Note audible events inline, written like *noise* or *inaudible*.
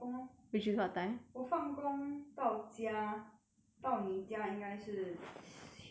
我放工到家到你家应该是 *noise* before 七点